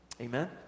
Amen